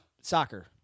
Soccer